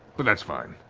but that's fine.